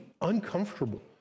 uncomfortable